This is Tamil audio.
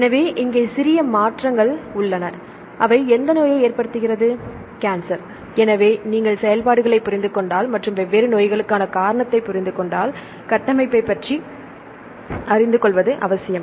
எனவே நீங்கள் செயல்பாடுகளைப் புரிந்து கொண்டால் மற்றும் வெவ்வேறு நோய்களுக்கான காரணத்தை புரிந்து கொண்டால் கட்டமைப்பைப் பற்றி அறிந்து கொள்வது அவசியம்